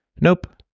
Nope